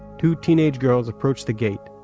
two teenage girls approach the gate,